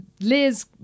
Liz